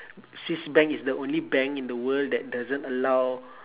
swiss bank is the only bank in the world that doesn't allow